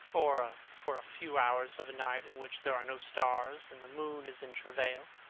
or for a few hours of a night in which there are no stars and the moon is in travail.